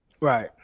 Right